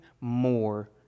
more